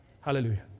Hallelujah